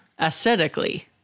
aesthetically